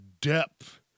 depth